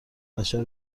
بشر